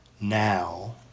now